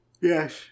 Yes